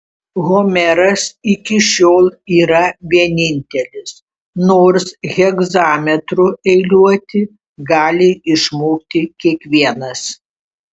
homeras iki šiol yra vienintelis nors hegzametru eiliuoti gali išmokti kiekvienas